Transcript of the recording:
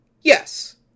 yes